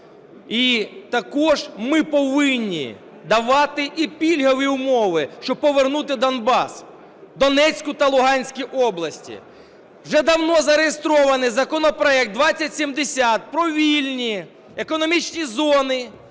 І також ми повинні давати і пільгові умови, щоб повернути Донбас, Донецьку та Луганські області. Вже давно зареєстрований законопроект 2070 про вільні економічні зони.